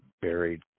buried